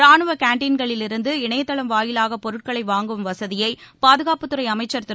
ராணுவ கேன்டன்களிலிருந்து இணையதளம் வாயிலாக பொருட்களை வாங்கும் வசதியை பாதுகாப்புத்துறை அமைச்சர் திரு